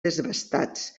desbastats